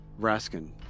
Raskin